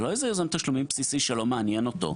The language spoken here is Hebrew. זה לא איזה יוזם תשלומים בסיסי שלא מעניין אותו.